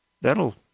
That'll